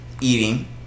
eating